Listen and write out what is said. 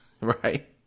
Right